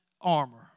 armor